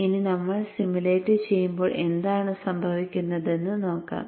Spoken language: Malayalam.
ഇനി നമ്മൾ സിമുലേറ്റ് ചെയ്യുമ്പോൾ എന്താണ് സംഭവിക്കുന്നതെന്ന് നോക്കാം